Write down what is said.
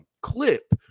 clip